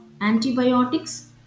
antibiotics